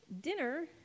dinner